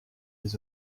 les